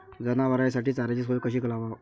जनावराइसाठी चाऱ्याची सोय कशी लावाव?